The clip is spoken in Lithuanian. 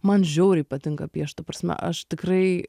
man žiauriai patinka piešt ta prasme aš tikrai